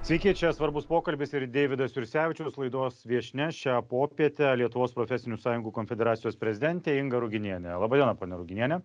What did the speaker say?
sveiki čia svarbus pokalbis ir deividas jursevičius laidos viešnia šią popietę lietuvos profesinių sąjungų konfederacijos prezidentė inga ruginienė laba diena ponia ruginiene